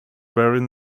buried